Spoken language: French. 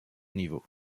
niveau